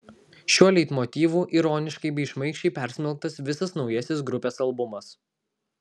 šiuo leitmotyvu ironiškai bei šmaikščiai persmelktas visas naujasis grupės albumas